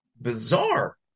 Bizarre